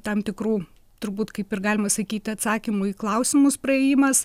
tam tikrų turbūt kaip ir galima sakyti atsakymų į klausimus praėjimas